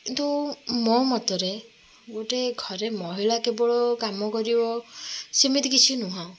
କିନ୍ତୁ ମୋ ମତରେ ଗୋଟେ ଘରେ ମହିଳା କେବଳ କାମ କରିବ ସେମିତି କିଛି ନୁହଁ